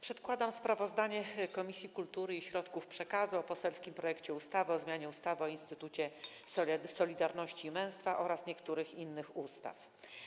Przedkładam sprawozdanie Komisji Kultury i Środków Przekazu o poselskim projekcie ustawy o zmianie ustawy o Instytucie Solidarności i Męstwa oraz niektórych innych ustaw.